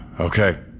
Okay